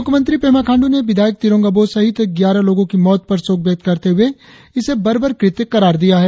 मुख्यमंत्री पेमा खांडू ने विधायक तिरोंग अबोह सहित ग्यारह लोगों की मौत पर शोक व्यक्त करते हुए इसे बर्बर कृत्य करार दिया है